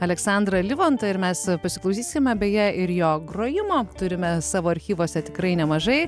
aleksandrą livontą ir mes pasiklausysime beje ir jo grojimo turime savo archyvuose tikrai nemažai